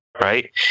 right